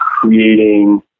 creating